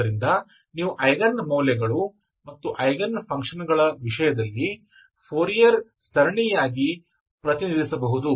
ಆದ್ದರಿಂದ ನೀವು ಐಗನ್ ಮೌಲ್ಯಗಳು ಮತ್ತು ಐಗನ್ ಫಂಕ್ಷನ್ಗಳ ವಿಷಯದಲ್ಲಿ ಫೋರಿಯರ್ ಸರಣಿಯಾಗಿ ಪ್ರತಿನಿಧಿಸಬಹುದು